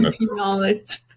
knowledge